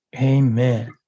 Amen